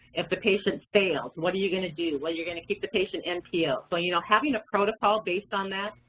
if the patient fails, what are you gonna do? well, you're gonna keep the patient npo. so, but you know, having a protocol based on that,